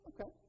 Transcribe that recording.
okay